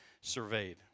surveyed